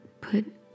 put